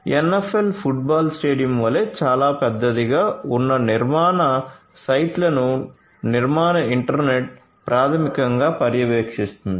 NFL football stadium వలె చాలా పెద్దదిగా ఉన్న నిర్మాణ సైట్లను నిర్మాణ ఇంటర్నెట్ ప్రాథమికంగా పర్యవేక్షిస్తుంది